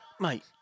mate